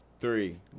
three